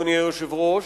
אדוני היושב-ראש,